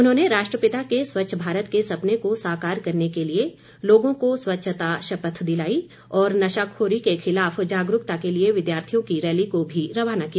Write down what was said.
उन्होंने राष्ट्रपिता के स्वच्छ भारत के सपने को साकार करने के लिए लोगों को स्वच्छता शपथ दिलाई और नशाखोरी के खिलाफ जागरूकता के लिए विद्यार्थियों की रैली को भी रवाना किया